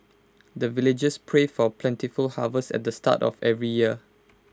the villagers pray for plentiful harvest at the start of every year